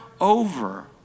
over